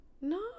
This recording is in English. No